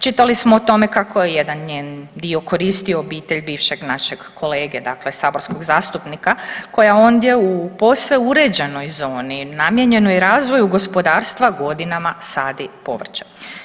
Čitali smo o tome kako jedan njen dio koristi obitelj bivšeg našeg kolege dakle saborskog zastupnika koja onda u posve uređenoj zoni, namijenjenoj razvoju gospodarstva, godinama sadi povrće.